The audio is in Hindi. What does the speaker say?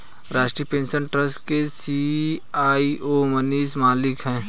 राष्ट्रीय पेंशन ट्रस्ट के सी.ई.ओ मनीष मलिक है